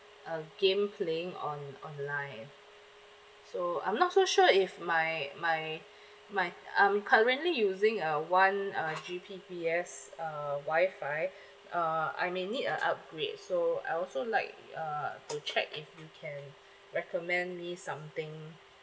uh game playing on online so I'm not so sure if my my my I'm currently using a one uh G_B_P_S uh WI-FI uh I may need a upgrade so I also like uh to check if you can recommend me something